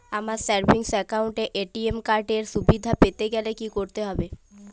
আমার savings account এ ATM card এর সুবিধা পেতে গেলে কি করতে হবে?